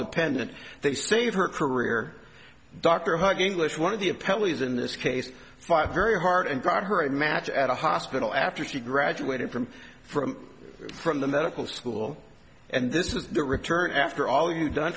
dependent they save her career dr hug english one of the appellee is in this case five very hard and got her a match at a hospital after she graduated from from from the medical school and this is the return after all you've done